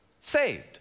Saved